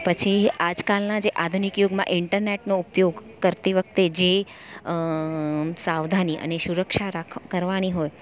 પછી આજકાલના જે આધુનિક યુગમાં ઇન્ટનેટનો ઉપયોગ કરતી વખતે જે સાવધાની સુરક્ષા રાખ કરવાની હોય